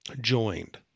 joined